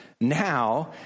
now